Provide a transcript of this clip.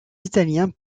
italiens